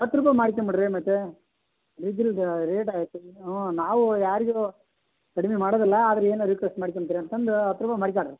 ಹತ್ತು ರೂಪಾಯಿ ಮಾಡ್ಕಂಬಿಡ್ರಿ ಮತ್ತು ಡೀಜಿಲ್ದು ರೇಟ್ ಆಗೈತೆ ಹ್ಞೂ ನಾವು ಯಾರಿಗೂ ಕಡಿಮೆ ಮಾಡೋದಿಲ್ಲ ಆದರೆ ಏನೋ ರಿಕ್ವೇಸ್ಟ್ ಮಾಡ್ಕೊಂತೀರ ಅಂತ ಅಂದು ಹತ್ತು ರೂಪಾಯಿ ಮಾಡಿಕಳ್ರಿ